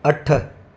अठ